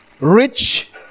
rich